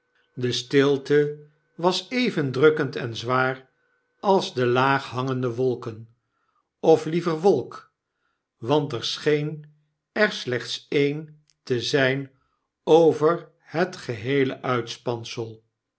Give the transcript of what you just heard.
de stilte was even drukkend en zwaar als de laag hangende wolken of liever wolk want er scheen er slechts ee'n te zgn over het geheele uitspansel